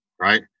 right